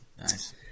Nice